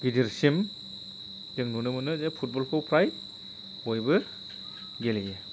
गेदेरसिम जों नुनो मोनो जे फुटबलखौ फ्राय बयबो गेलेयो